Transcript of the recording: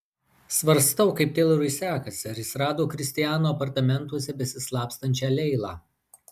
svarstau kaip teilorui sekasi ar jis rado kristiano apartamentuose besislapstančią leilą